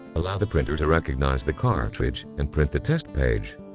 allow the printer to recognize the cartridge, and print the test page.